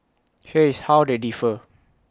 here is how they differ